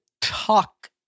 talk